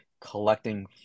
collecting